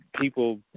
people